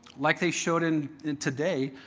like they showed and and today,